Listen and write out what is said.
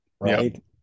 right